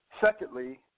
Secondly